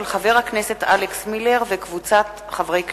של חבר הכנסת אלכס מילר וקבוצת חברי הכנסת.